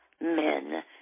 men